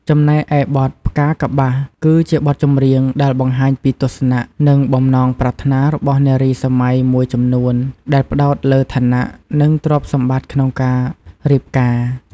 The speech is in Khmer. ចំណែកឯបទ ផ្កាកប្បាស គឺជាបទចម្រៀងដែលបង្ហាញពីទស្សនៈ និងបំណងប្រាថ្នារបស់នារីសម័យមួយចំនួនដែលផ្តោតលើឋានៈ និងទ្រព្យសម្បត្តិក្នុងការរៀបការ។